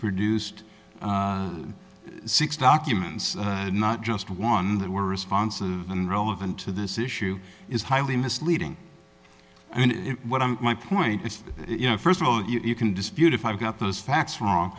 produced six documents not just one that were responsive than relevant to this issue is highly misleading and it what i'm my point is you know first of all you can dispute if i've got those facts wrong